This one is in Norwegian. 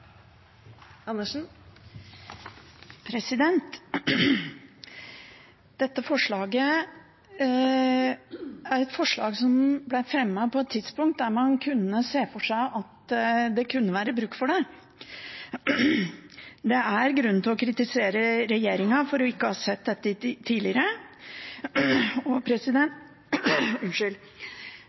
på et tidspunkt da man kunne se for seg at det kunne være bruk for det. Det er grunn til å kritisere regjeringen for ikke å ha sett dette